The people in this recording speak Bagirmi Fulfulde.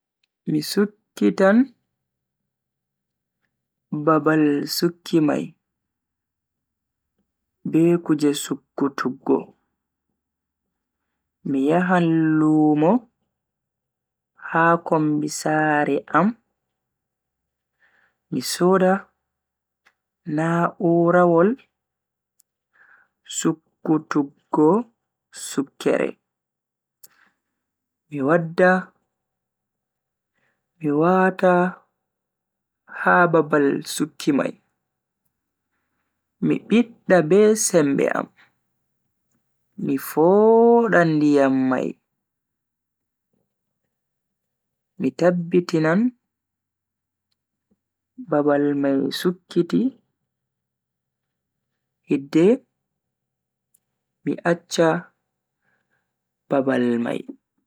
Mi sukkitan babal sukki mai be kuje sukkutuggo. Mi yahan lumo ha kombi sare am, mi soda na'urawol sukkutuggo sukkere, mi wadda mi wata ha babal sukki mai, mi bidda be sembe am, mi fooda ndiyam mai. Mi tabbitinan babal mai sukkiti hidde mi accha babal mai.